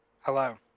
Hello